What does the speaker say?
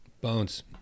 bones